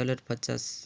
dollar ପଚାଶ